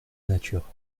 nature